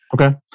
Okay